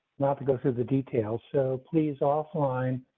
not because of the details, so please off line.